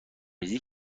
ریزی